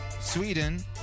Sweden